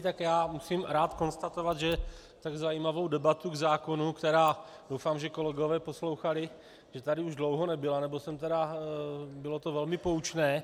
Tak já musím rád konstatovat, že tak zajímavou debatu k zákonu, která doufám, že kolegové poslouchali tady už dlouho nebyla, nebo bylo to velmi poučné.